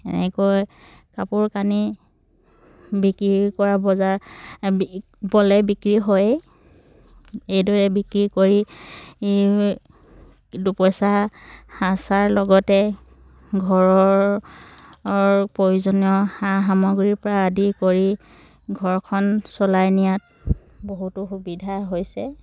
এনেকৈ কাপোৰ কানি বিক্ৰী কৰা বজাৰ ব'লে বিক্ৰী হয়েই এইদৰে বিক্ৰী কৰি দুপইচা সঁচাৰ লগতে ঘৰৰ প্ৰয়োজনীয় সা সামগ্ৰীৰ পৰা আদি কৰি ঘৰখন চলাই নিয়াত বহুতো সুবিধা হৈছে